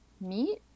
meet